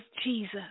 Jesus